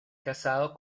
casado